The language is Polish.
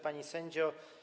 Pani Sędzio!